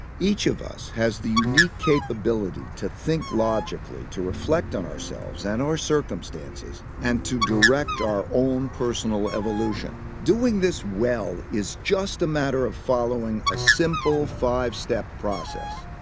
each of us has the unique capability to think logically, to reflect on ourselves, and our circumstances, and to direct our own personal evolution. doing this well is just a matter of following a simple five-step process.